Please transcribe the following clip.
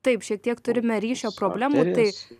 taip šiek tiek turime ryšio problemų tai